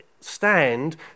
stand